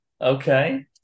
Okay